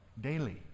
Daily